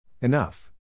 Enough